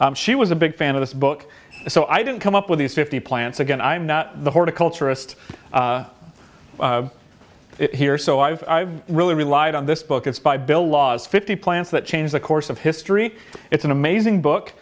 she was a big fan of this book so i didn't come up with these fifty plants again i'm not horticulturist it here so i've really relied on this book it's by bill laws fifty plants that change the course of history it's an amazing book